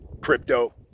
crypto